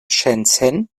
shenzhen